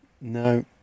No